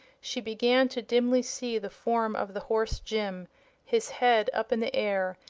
she began to dimly see the form of the horse jim his head up in the air,